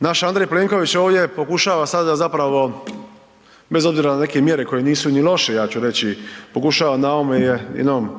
Naš Andrej Plenković ovdje pokušava sada zapravo bez obzira na neke mjere koje nisu ni loše, ja ću reći, pokušava na ovome jednom